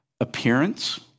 appearance